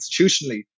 institutionally